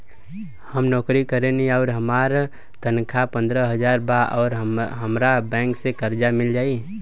हम नौकरी करेनी आउर हमार तनख़ाह पंद्रह हज़ार बा और हमरा बैंक से कर्जा मिल जायी?